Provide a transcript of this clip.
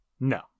No